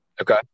Okay